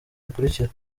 bikurikira